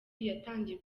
yatangiye